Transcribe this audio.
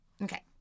Okay